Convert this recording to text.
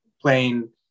playing